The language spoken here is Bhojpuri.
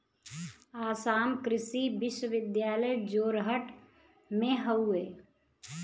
आसाम कृषि विश्वविद्यालय जोरहट में हउवे